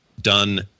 done